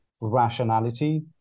rationality